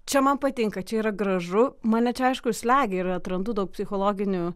čia man patinka čia yra gražu mane čia aišku ir slegia ir atrandu daug psichologinių